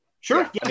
Sure